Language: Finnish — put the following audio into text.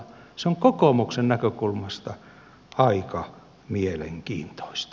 se on kokoomuksen näkökulmasta aika mielenkiintoista